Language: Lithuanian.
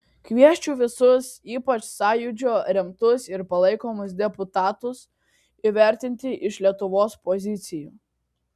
kviesčiau visus ypač sąjūdžio remtus ir palaikomus deputatus įvertinti iš lietuvos pozicijų